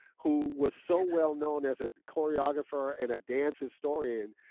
who was so well known as a choreographer and a dance historian.